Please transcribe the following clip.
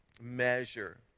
measure